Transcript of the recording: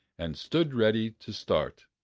and stood ready to start.